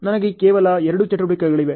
ನನಗೆ ಕೇವಲ ಎರಡು ಚಟುವಟಿಕೆಗಳಿವೆ